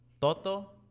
Toto